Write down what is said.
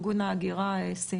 וההגירה.